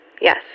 Yes